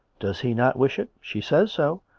does he not wish it. she says so.